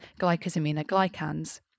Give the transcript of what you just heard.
glycosaminoglycans